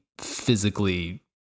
physically